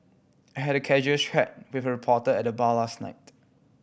I had a casual chat with a reporter at the bar last night